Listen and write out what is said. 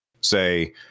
say